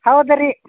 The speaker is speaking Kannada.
ಹೌದು ರೀ